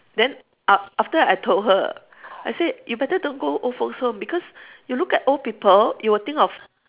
then af~ after I told her I said you better don't go old folks home because you look at old people you will think of